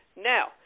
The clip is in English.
Now